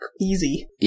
easy